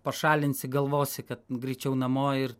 pašalinsi galvosi kad greičiau namo ir